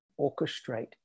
orchestrate